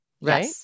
right